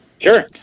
Sure